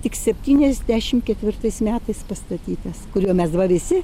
tik septyniasdešimt ketvirtais metais pastatytas kuriuo mes dabar visi